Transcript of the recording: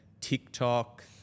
TikTok